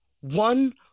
One